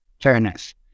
fairness